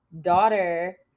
daughter